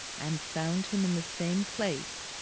and found him in the same place,